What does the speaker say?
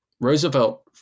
Roosevelt